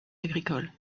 agricole